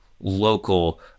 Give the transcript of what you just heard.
local